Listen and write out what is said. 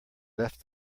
left